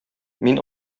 мин